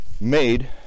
made